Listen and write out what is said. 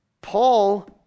Paul